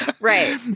Right